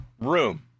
room